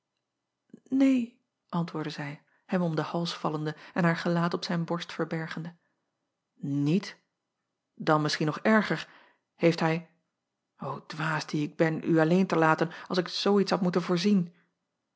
een antwoordde zij hem om den hals vallende en haar gelaat op zijn borst verbergende iet dan misschien nog erger heeft hij dwaas die ik ben u alleen te laten als ik zoo iets had moeten voorzien